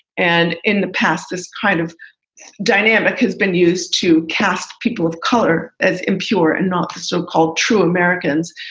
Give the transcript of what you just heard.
and in the past, this kind of dynamic has been used to cast people of color as impure and not the so-called true americans.